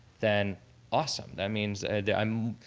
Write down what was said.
then awesome. that means and um